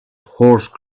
horse